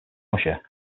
russia